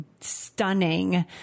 stunning